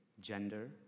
gender